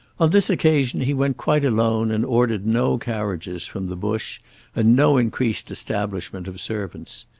on this occasion he went quite alone and ordered no carriages from the bush and no increased establishment of servants.